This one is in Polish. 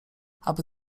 aby